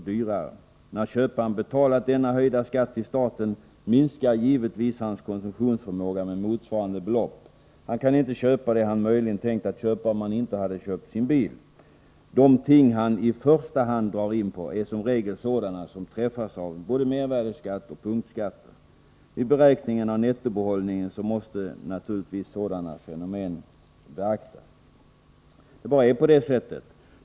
dyrare. När köparen betalat denna höjda skatt till staten minskar givetvis hans konsumtionsförmåga med motsvarande belopp. Han kan inte köpa det han möjligen tänkt att köpa om han inte hade köpt sin bil. De ting som han i första hand drar in på är som regel sådana som träffas av både mervärdeskatt och punktskatter. Vid beräkningen av nettobehållningen måste naturligtvis sådana fenomen beaktas. Det bara är på det sättet.